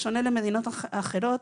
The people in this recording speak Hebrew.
בשונה ממדינות אחרות,